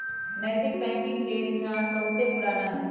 नैतिक बैंकिंग के इतिहास बहुते पुरान हइ